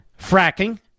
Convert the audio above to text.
fracking